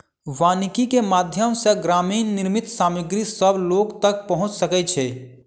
वानिकी के माध्यम सॅ ग्रामीण निर्मित सामग्री सभ लोक तक पहुँच सकै छै